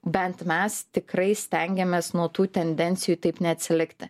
bent mes tikrai stengiamės nuo tų tendencijų taip neatsilikti